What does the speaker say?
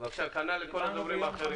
כנ"ל לגבי כל הדוברים האחרים.